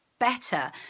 Better